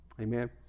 Amen